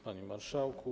Panie Marszałku!